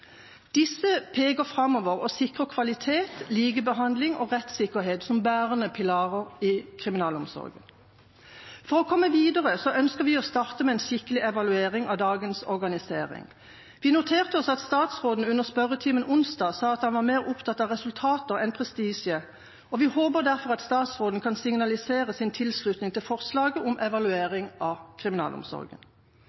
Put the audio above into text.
Disse peker framover og sikrer kvalitet, likebehandling og rettssikkerhet som bærende pilarer for kriminalomsorgen. For å komme videre ønsker vi å starte med en skikkelig evaluering av dagens organisering. Vi noterte oss at statsråden under spørretimen onsdag sa at han var mer opptatt av resultater enn av prestisje. Vi håper derfor statsråden kan signalisere sin tilslutning til forslaget om